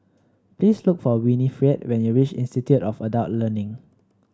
please look for Winifred when you reach Institute of Adult Learning